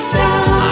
down